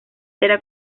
era